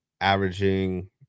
averaging